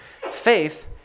faith